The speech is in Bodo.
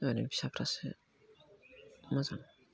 ओरै फिसाफ्रासो मोजां